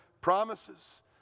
promises